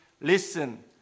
listen